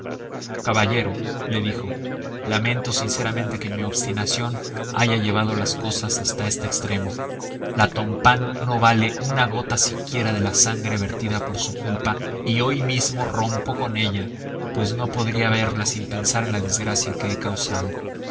l'ambert caballero le dijo lamento sinceramente que mi obstinación haya llevado las cosas hasta este extremo la tompain no vale una gota siquiera de la sangre vertida por su culpa y hoy mismo rompo con ella pues no podría verla sin pensar en la desgracia que ha causado